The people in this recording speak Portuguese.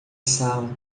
sala